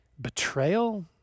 Betrayal